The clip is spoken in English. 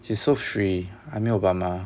he's so free I mean obama